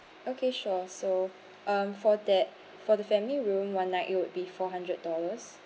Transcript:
okay sure so um for that for the family room one night it would be four hundred dollars